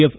F